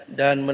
dan